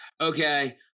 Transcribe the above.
okay